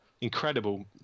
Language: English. incredible